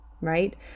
right